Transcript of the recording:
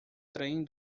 trem